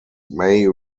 may